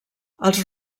els